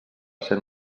cent